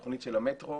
התוכנית של המטרו,